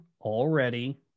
already